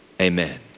Amen